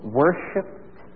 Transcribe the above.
worshipped